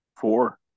Four